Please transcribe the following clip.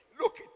Look